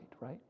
right